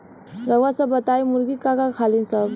रउआ सभ बताई मुर्गी का का खालीन सब?